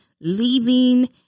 Leaving